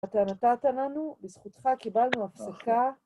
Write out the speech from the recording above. אתה נתת לנו, בזכותך קיבלנו הפסקה.